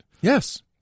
Yes